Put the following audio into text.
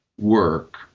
work